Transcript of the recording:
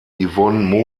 yvonne